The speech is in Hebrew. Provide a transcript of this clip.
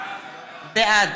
בעד